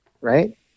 right